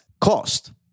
cost